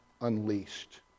unleashed